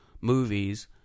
movies